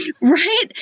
Right